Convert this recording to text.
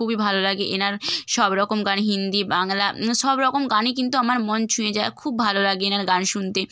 খুবই ভাল লাগে এঁনার সব রকম গান হিন্দি বাংলা সব রকম গানই কিন্তু আমার মন ছুঁয়ে যায় খুব ভালো লাগে এঁনার গান শুনতে